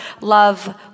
love